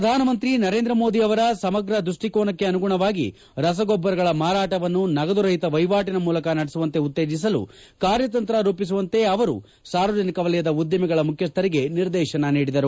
ಪ್ರಧಾನಮಂತ್ರಿ ನರೇಂದ್ರ ಮೋದಿ ಅವರ ಸಮಗ್ರ ದ್ವಷ್ಟಿಕೋನಕ್ಕೆ ಅನುಗುಣವಾಗಿ ರಸಗೊಬ್ಲರಗಳ ಮಾರಾಟವನ್ನು ನಗದು ರಹಿತ ವಹಿವಾಟಿನ ಮೂಲಕ ನಡೆಸುವಂತೆ ಉತ್ತೇಜಿಸಲು ಕಾರ್ಯತಂತ್ರ ರೂಪಿಸುವಂತೆ ಅವರು ಸಾರ್ವಜನಿಕ ವಲಯದ ಉದ್ದಿಮೆಗಳ ಮುಖ್ಯಸ್ಥರಿಗೆ ನಿರ್ದೇಶನ ನೀಡಿದರು